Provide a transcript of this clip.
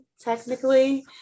technically